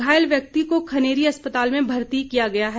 घायल व्यक्ति को खनेरी अस्पताल में भर्ती किया गया है